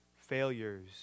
failures